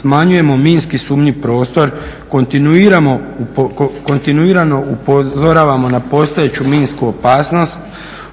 smanjujemo minski sumnjiv prostor, kontinuirano upozoravamo na postojeću minsku opasnost,